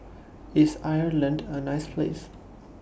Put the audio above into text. IS Ireland A nice Place